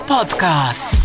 Podcast